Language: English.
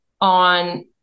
on